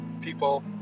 people